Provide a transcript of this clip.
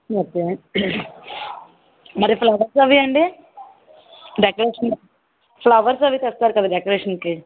okay మరి flowers అవి అండి డెకరేషన్ ఫ్లవర్స్ అవి తెస్తారు కదా డెకరేషన్కి